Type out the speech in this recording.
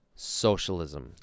socialism